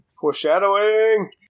Foreshadowing